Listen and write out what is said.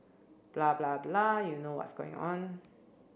blah blah blah you know what's going on